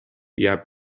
jääb